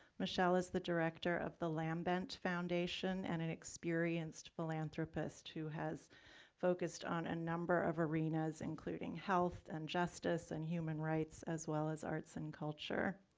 michelle is the director of the lambent foundation and an experienced philanthropist who has focused on a number of arenas including health and justice and human rights as well as arts and culture.